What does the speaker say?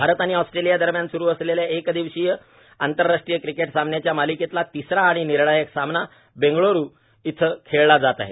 भारत आणि ऑस्ट्रेलिया दरम्यान सुरू असलेल्या एक दिवसीय आंतरराष्ट्रीय क्रिकेट सामन्यांच्या मालिकेतला तिसरा आणि निर्णायक सामना बेंगल्रू इथं खेळला जात आहे